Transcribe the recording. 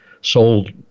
sold